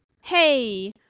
Hey